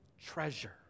treasure